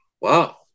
Wow